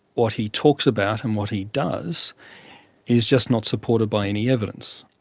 what he talks about and what he does is just not supported by any evidence.